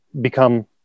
become